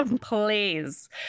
Please